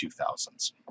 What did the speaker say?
2000s